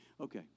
Okay